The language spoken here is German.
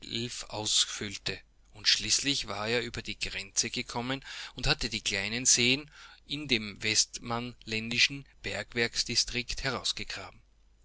ausfüllte und schließlich war er über die grenze gekommen und hatte die kleinen seen in dem westmanländischen bergwerkdistrikt herausgegraben